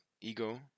Ego